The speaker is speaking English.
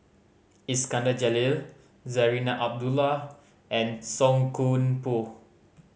Iskandar Jalil Zarinah Abdullah and Song Koon Poh